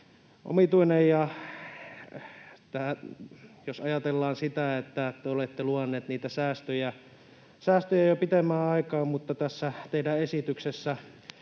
omituinen. Jos ajatellaan, että te olette luvanneet niitä säästöjä jo pitemmän aikaa mutta tässä teidän esityksessä